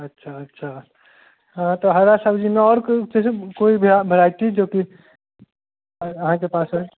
अच्छा अच्छा हाँ तऽ हरा सब्जीमे आओर कोइ स्पेशल कोइ भेराइटी जो कि अहाँके पास हइ